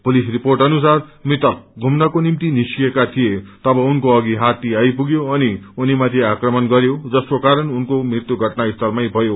police report अनुसार मृतक घुम्नको निम्ति निस्किएका थिए तब उनको अधि हात्ती आइपुग्यो अनि उनीमाथि आक्रमण गरयो जसको कारण उनको मृत्यु घटनास्थलमै भयो